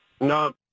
No